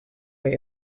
but